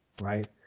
right